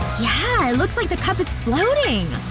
yeah it looks like the cup is floating!